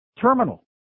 Terminal